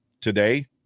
today